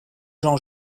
jean